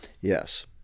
Yes